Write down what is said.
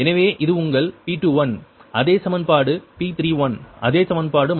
எனவே இது உங்கள் P21 அதே சமன்பாடு P31 அதே சமன்பாடு 36 k 3 i 1